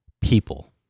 people